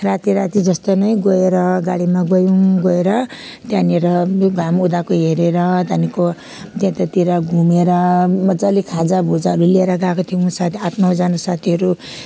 राति राति जस्तै नै गएर गाडीमा गयौँ गएर त्यहाँनेर घाम उदाएको हेरेर त्यहाँदेखिको त्यतातिर घुमेर मजाले खाजा भुजाहरू लिएर गएको थियौँ सात आठ नौजना साथीहरू